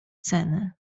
ceny